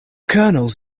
kernels